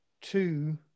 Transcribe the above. two